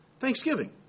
Thanksgiving